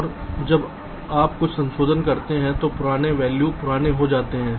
और जब आप कुछ संशोधन करते हैं तो पुराने वैल्यू पुराने हो सकते हैं